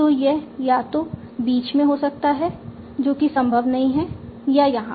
तो यह या तो बीच में हो सकता है जो कि संभव नहीं है या यहाँ